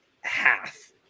half